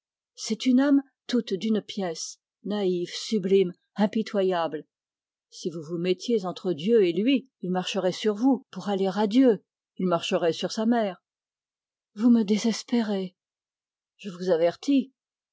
c'est une âme tout d'une pièce naïve sublime impitoyable si vous vous mettiez entre dieu et lui il marcherait sur vous pour aller à dieu il marcherait sur sa mère vous me désespérez je vous avertis